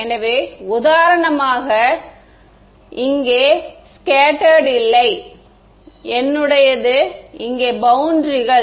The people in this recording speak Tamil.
எனவே உதாரணமாக இல்லை இங்கே ஸ்கேட்டேர் இல்லை என்னுடையது இங்கே பௌண்டரிகள்